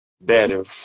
better